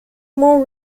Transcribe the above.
more